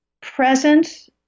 present